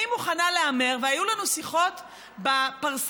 אני מוכנה להמר, והיו לנו שיחות בפרסה,